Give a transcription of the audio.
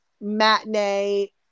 matinee